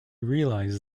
realizes